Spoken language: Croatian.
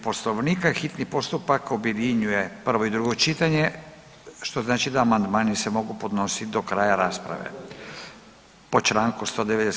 Poslovnika hitni postupak objedinjuje prvo i drugo čitanje što znači da amandmani se mogu podnositi do kraja rasprave po Članku 197.